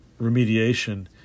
remediation